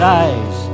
eyes